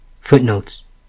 Footnotes